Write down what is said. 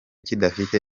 kidafite